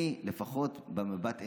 אני, לפחות במבט עיניי,